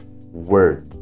word